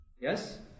Yes